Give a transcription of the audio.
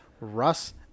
Russ